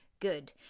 Good